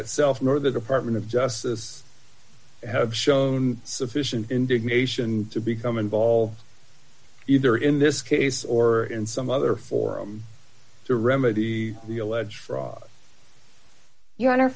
itself nor the department of justice have shown sufficient indignation to become involved either in this case or in some other forum to remedy the alleged fraud you